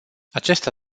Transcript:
acesta